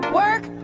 work